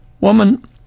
Woman